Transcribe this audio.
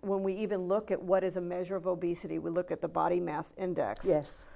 when we even look at what is a measure of obesity we look at the body mass